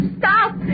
stop